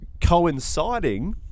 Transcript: coinciding